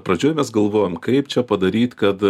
pradžioj mes galvojom kaip čia padaryt kad